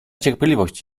cierpliwość